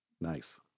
Nice